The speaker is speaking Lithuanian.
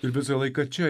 ir visą laiką čia